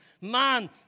man